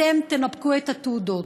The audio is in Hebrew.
אתם תנפקו את התעודות.